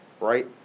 right